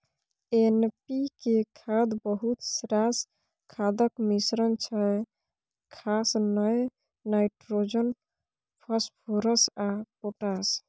NPK खाद बहुत रास खादक मिश्रण छै खास कए नाइट्रोजन, फास्फोरस आ पोटाश